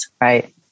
Right